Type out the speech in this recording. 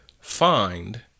find